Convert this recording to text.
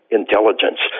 intelligence